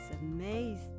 amazed